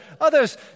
Others